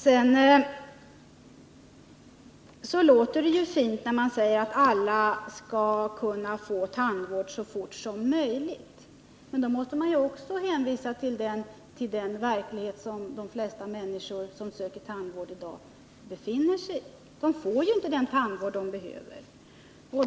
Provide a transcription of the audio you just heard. Det låter fint när man säger att alla skall kunna få tandvård så fort som möjligt. Men då måste man också se till den verklighet som de flesta människor som söker tandvård i dag befinner sig i. De får ju inte den tandvård de behöver.